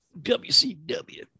WCW